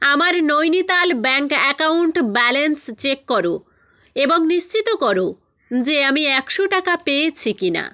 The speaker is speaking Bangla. আমার Nainital bank account balance check কর এবং নিশ্চিত কর যে আমি একশো টাকা পেয়েছি কিনা